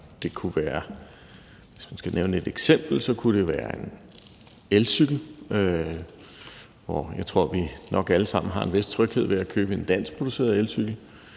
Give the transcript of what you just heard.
regler. Hvis man skal nævne et eksempel, kunne det være en elcykel, og jeg tror, at vi nok alle sammen har en vis tryghed ved at købe en danskproduceret elcykel.